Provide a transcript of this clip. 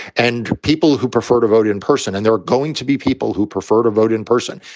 and people who prefer to vote in person and there are going to be people who prefer to vote in person,